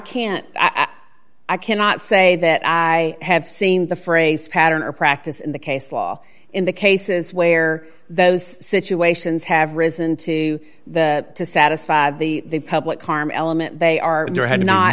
can't i cannot say that i have seen the phrase pattern or practice in the case law in the cases where those situations have risen to the to satisfy the public harm element they are